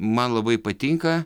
man labai patinka